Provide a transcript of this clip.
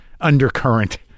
undercurrent